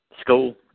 school